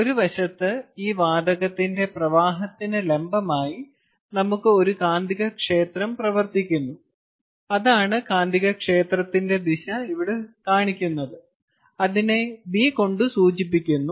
ഒരു വശത്ത് ഈ വാതകത്തിന്റെ പ്രവാഹത്തിന് ലംബമായി നമുക്ക് ഒരു കാന്തികക്ഷേത്രം പ്രവർത്തിക്കുന്നു അതാണ് കാന്തികക്ഷേത്രത്തിന്റെ ദിശ ഇവിടെ കാണിക്കുന്നത് അതിനെ B കൊണ്ട് സൂചിപ്പിക്കുന്നു